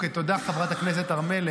תודה, חברת הכנסת הר מלך.